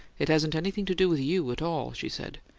it hasn't anything to do with you at all, she said.